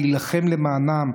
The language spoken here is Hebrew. להילחם למענם.